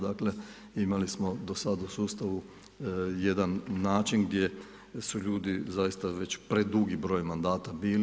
Dakle, imali smo do sad u sustavu jedan način gdje su ljudi zaista već predugi broj mandata bili.